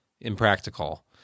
impractical